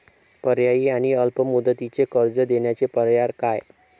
पर्यायी आणि अल्प मुदतीचे कर्ज देण्याचे पर्याय काय?